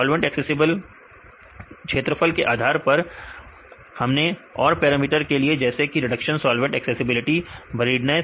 solvent accessible सट्टा क्षेत्रफल के आधार पर हमने और पैरामीटर लिए जैसे कि रिडक्शन सॉल्वेंट एक्सेसिबिलिटी बरीडनेस